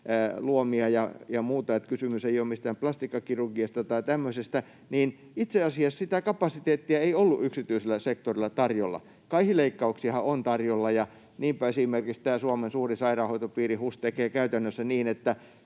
luomia ja muuta, eli kysymys ei ole mistään plastiikkakirurgiasta tai tämmöisestä, niin itse asiassa sitä kapasiteettia ei ollut yksityisellä sektorilla tarjolla. Kaihileikkauksiahan on tarjolla, ja niinpä esimerkiksi tämä Suomen suurin sairaanhoitopiiri HUS tekee käytännössä niin, että